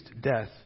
death